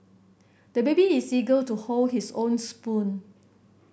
the baby is eager to hold his own spoon